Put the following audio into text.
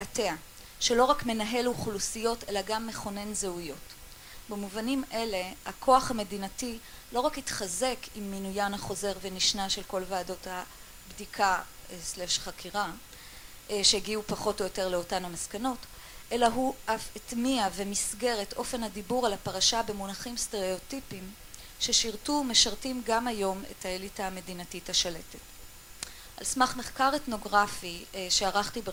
שלא רק מנהל אוכלוסיות אלא גם מכונן זהויות. במובנים אלה הכוח המדינתי לא רק התחזק עם מינויין החוזר ונשנה של כל ועדות הבדיקה\חקירה שהגיעו פחות או יותר לאותן המסקנות, אלא הוא אף הטמיע ומסגר את אופן הדיבור על הפרשה במונחים סטריאוטיפיים ששירתו ומשרתים גם היום את האליטה המדינתית השלטת. על סמך מחקר אתנוגרפי שערכתי בראש